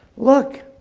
look,